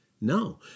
No